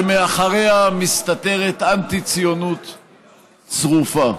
שמאחוריה מסתתרת אנטי-ציונות צרופה.